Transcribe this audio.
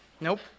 Nope